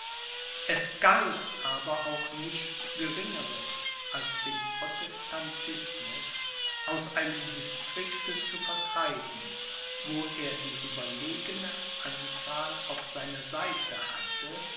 es galt aber auch nichts geringeres als den protestantismus aus einem distrikte zu vertreiben wo er die überlegene anzahl auf seiner seite hatte